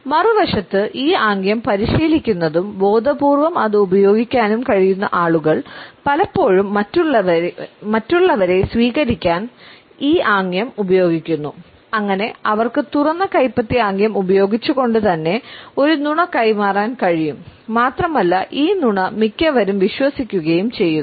മറുവശത്ത് ഈ ആംഗ്യം പരിശീലിക്കുന്നതും ബോധപൂർവ്വം അത് ഉപയോഗിക്കാനും കഴിയുന്ന ആളുകൾ പലപ്പോഴും മറ്റുള്ളവരെ സ്വീകരിക്കാൻ ഈ ആംഗ്യം ഉപയോഗിക്കുന്നു അങ്ങനെ അവർക്ക് തുറന്ന കൈപ്പത്തി ആംഗ്യം ഉപയോഗിച്ചുകൊണ്ട് തന്നെ ഒരു നുണ കൈമാറാൻ കഴിയും മാത്രമല്ല ഈ നുണ മിക്കവരും വിശ്വസിക്കുകയും ചെയ്യുന്നു